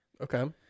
Okay